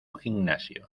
gimnasio